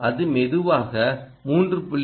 அது மெதுவாக 3